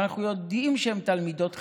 אנחנו יודעים שהן תלמידות חכמים,